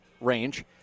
range